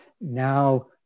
Now